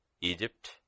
Egypt